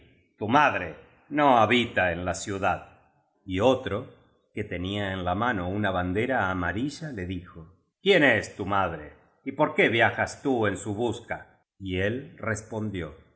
tu madre no ha bita en la ciudad y otro que tenía en la mano una bandera amarilla le dijo quién es tu madre y por qué viajas tú en su busca y él respondió